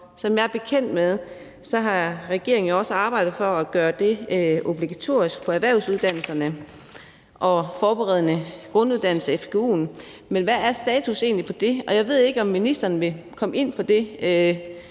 Som jeg er bekendt med, har regeringen jo også arbejdet for at gøre det obligatorisk på erhvervsuddannelserne og forberedende grunduddannelse, fgu'en, men hvad er status egentlig for det? Jeg ved ikke, om ministeren vil komme ind på det